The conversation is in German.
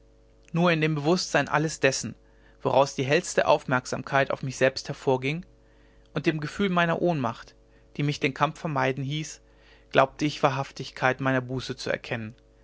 nur in dem bewußtsein alles dessen woraus die hellste aufmerksamkeit auf mich selbst hervorging und dem gefühl meiner ohnmacht die mich den kampf vermeiden hieß glaubte ich die wahrhaftigkeit meiner buße zu erkennen